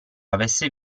avesse